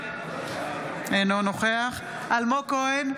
אינו נוכח אלמוג כהן,